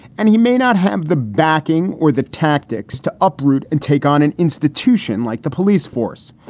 and he may not have the backing or the tactics to uproot and take on an institution like the police force.